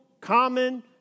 common